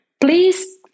please